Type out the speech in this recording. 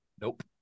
Nope